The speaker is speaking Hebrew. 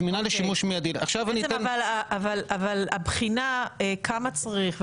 זו הבחינה, בעצם, של כמה צריך.